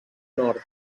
nord